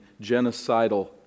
genocidal